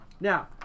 Now